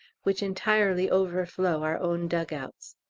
which entirely overflow our own dug-outs.